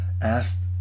asked